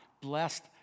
blessed